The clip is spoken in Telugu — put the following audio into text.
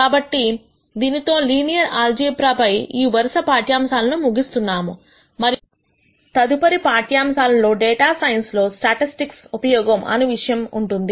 కాబట్టి దీనితో లీనియర్ ఆల్జీబ్రా పై ఈ వరుస పాఠ్యాంశాలను ముగిస్తున్నాను మరియు తదుపరి పాఠ్యాంశాల లో డేటా సైన్స్ లో స్టాటిస్టిక్స్ ఉపయోగం అను విషయంపై ఉంటుంది